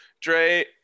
Dre